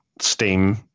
Steam